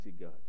God